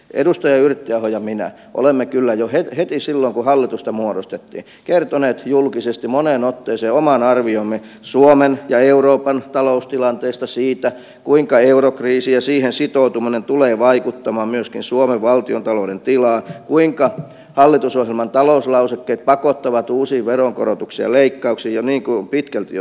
edustaja yrttiaho ja minä olemme kyllä jo heti silloin kun hallitusta muodostettiin kertoneet julkisesti moneen otteeseen oman arviomme suomen ja euroopan taloustilanteesta siitä kuinka eurokriisi ja siihen sitoutuminen tulee vaikuttamaan myöskin suomen valtiontalouden tilaan kuinka hallitusohjelman talouslausekkeet pakottavat uusiin veronkorotuksiin ja leikkauksiin niin kuin on pitkälti jo tapahtunut